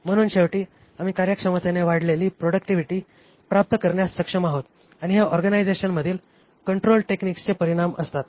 म्हणून शेवटी आम्ही कार्यक्षमतेने वाढलेली प्रॉडक्टिव्हिटी प्राप्त करण्यास सक्षम आहोत आणि हे ऑर्गनायझेशनमधील कंट्रोल टेक्निक्सचे परिणाम असतात